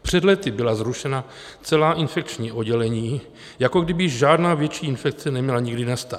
Před lety byla zrušena celá infekční oddělení, jako kdyby žádná větší infekce neměla nikdy nastat.